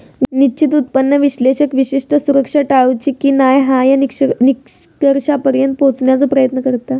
निश्चित उत्पन्न विश्लेषक विशिष्ट सुरक्षा टाळूची की न्हाय या निष्कर्षापर्यंत पोहोचण्याचो प्रयत्न करता